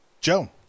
Joe